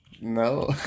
No